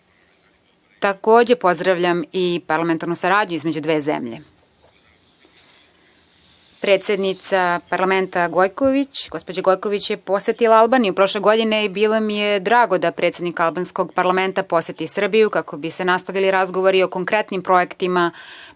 Takođe, pozdravljam i parlamentarnu saradnju između dve zemlje. Predsednica parlamenta gospođa Gojković je posetila Albaniju prošle godine i bilo mi je drago da predsednik albanskog parlamenta poseti Srbiju kako bi se nastavili razgovori o konkretnim projektima